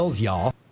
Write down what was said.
y'all